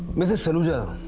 mr. saluja,